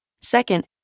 Second